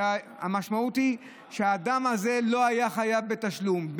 המשמעות היא שהאדם הזה לא היה חייב בתשלום,